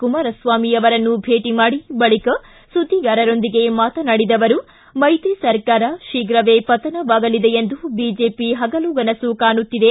ಕುಮಾರಸ್ವಾಮಿ ಅವರನ್ನು ಭೇಟ ಮಾಡಿ ಬಳಕ ಸುದ್ದಿಗಾರರೊಂದಿಗೆ ಮಾತನಾಡಿದ ಅವರು ಮೈತ್ರಿ ಸರ್ಕಾರ ಶೀಘುವೇ ಪತನವಾಗಲಿದೆ ಎಂದು ಬಿಜೆಪಿ ಹಗಲುಕನಸು ಕಾಣುತ್ತಿದೆ